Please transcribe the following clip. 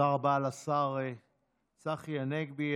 תודה רבה לשר צחי הנגבי.